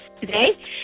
today